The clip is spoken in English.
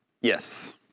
Yes